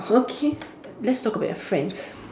okay let's talk about your friends